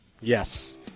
Yes